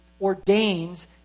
ordains